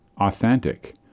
authentic